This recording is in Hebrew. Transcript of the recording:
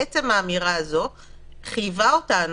בעצם האמירה הזו חייבה אותנו,